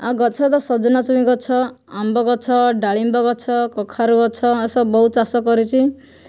ଆଉ ଗଛ ତ ସଜନା ଛୁଇଁ ଗଛ ଆମ୍ବ ଗଛ ଡାଳିମ୍ବ ଗଛ କଖାରୁ ଗଛ ଏସବୁ ବହୁତ ଚାଷ କରିଛି